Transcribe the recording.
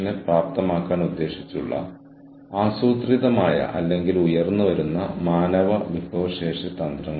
എന്റെ സ്ഥാപനത്തോടുള്ള കൂറ് കാണിക്കാൻ ഞാനും ആഗ്രഹിക്കുന്നു ഒപ്പം പ്രതിബദ്ധതയുടെ ബോധം ഒരു വെല്ലുവിളിയായി മാറുന്നു